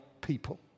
people